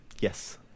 Yes